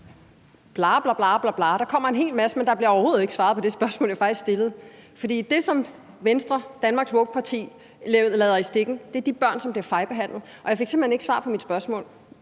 Der kommer en hel masse, men der bliver overhovedet ikke svaret på det spørgsmål, jeg faktisk stillede. Dem, som Venstre, Danmarks woke parti, lader i stikken, er de børn, som bliver fejlbehandlet, og jeg fik simpelt hen ikke svar på mit spørgsmål.